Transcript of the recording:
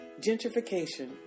gentrification